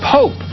Pope